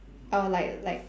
oh like like